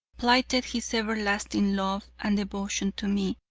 plighted his everlasting love and devotion to me.